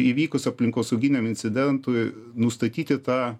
įvykus aplinkosauginiam incidentui nustatyti tą